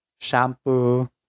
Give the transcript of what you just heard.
shampoo